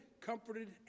comforted